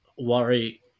worry